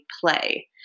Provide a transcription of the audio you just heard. play